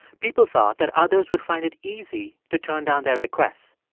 people thought that others would find it easy to turn down their requests.